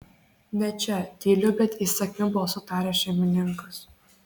ne čia tyliu bet įsakmiu balsu taria šeimininkas